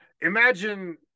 Imagine